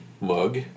mug